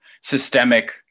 systemic